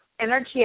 energy